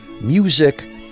music